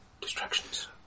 Distractions